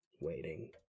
waiting